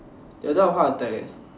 they will die of heart attack eh